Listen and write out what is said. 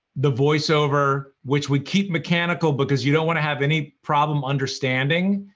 the voice-over, which we keep mechanical because you don't want to have any problem understanding?